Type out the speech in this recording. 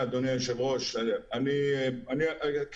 נועם, אני מנסה